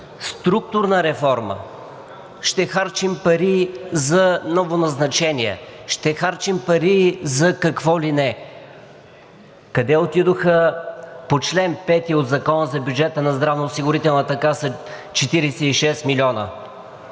структурна реформа. Ще харчим пари за новоназначения, ще харчим пари за какво ли не. Къде отидоха по чл. 5 от Закона за бюджета на здравноосигурителната каса 46 милиона?